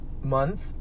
Month